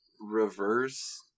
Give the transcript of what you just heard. reverse